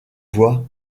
voies